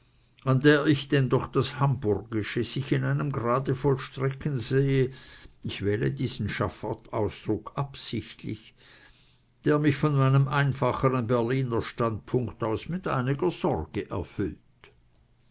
an der ich denn doch das hamburgische sich in einem grade vollstrecken sehe ich wähle diesen schafottausdruck absichtlich der mich von meinem einfacheren berliner standpunkt aus mit einiger sorge erfüllt